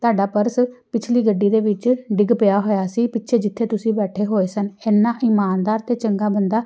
ਤੁਹਾਡਾ ਪਰਸ ਪਿਛਲੀ ਗੱਡੀ ਦੇ ਵਿੱਚ ਡਿੱਗ ਪਿਆ ਹੋਇਆ ਸੀ ਪਿੱਛੇ ਜਿੱਥੇ ਤੁਸੀਂ ਬੈਠੇ ਹੋਏ ਸਨ ਇੰਨਾ ਇਮਾਨਦਾਰ ਅਤੇ ਚੰਗਾ ਬੰਦਾ